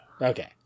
Okay